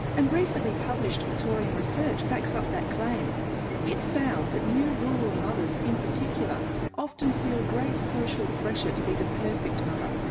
and recently published victorian research backs up that claim it found that new rural mothers in particular often feel great social pressure to be the perfect mother.